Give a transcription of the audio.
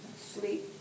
sleep